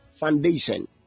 Foundation